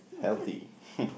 healthy